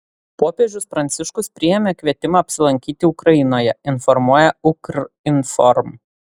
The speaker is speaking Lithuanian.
popiežius pranciškus priėmė kvietimą apsilankyti ukrainoje informuoja ukrinform